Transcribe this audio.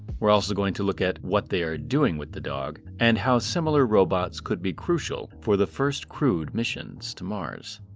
we're also going to look at what they are doing with the dog and how similar robots could be crucial for the first crewed missions to mars.